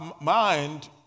mind